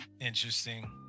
interesting